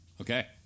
Okay